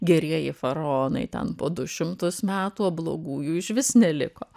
gerieji faraonai ten po du šimtus metų o blogųjų išvis neliko